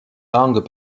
langues